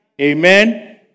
Amen